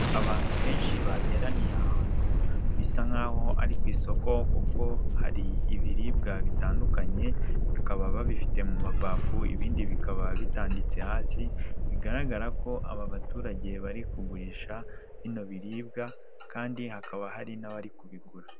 Abantu benshi bateraniye ahantu, bisa nk'aho ari ku isoko kuko hari ibiribwa bitandukanye, bikaba babifite mu mabafu, ibindi bikaba bitanditse hasi bigaragara ko aba baturage bari kugurisha bino biribwa kandi hakaba hari n'abari kubigura.